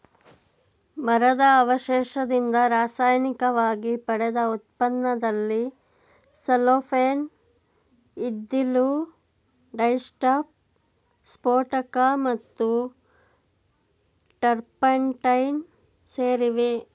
ಮರದ ಅವಶೇಷದಿಂದ ರಾಸಾಯನಿಕವಾಗಿ ಪಡೆದ ಉತ್ಪನ್ನದಲ್ಲಿ ಸೆಲ್ಲೋಫೇನ್ ಇದ್ದಿಲು ಡೈಸ್ಟಫ್ ಸ್ಫೋಟಕ ಮತ್ತು ಟರ್ಪಂಟೈನ್ ಸೇರಿವೆ